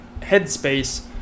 headspace